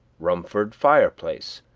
rumford fire-place,